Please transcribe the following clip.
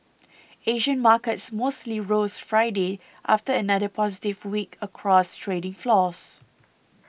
Asian markets mostly rose Friday after another positive week across trading floors